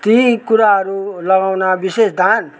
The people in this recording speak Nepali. केही कुराहरू लगाउन विशेष धान